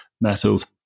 metals